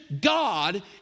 God